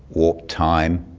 warp time,